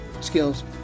skills